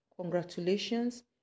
Congratulations